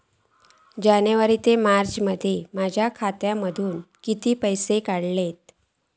जानेवारी ते मार्चमध्ये माझ्या खात्यामधना किती पैसे काढलय?